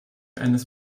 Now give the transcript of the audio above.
eines